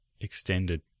extended